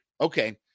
Okay